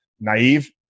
naive